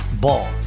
Ball